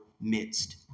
midst